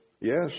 Yes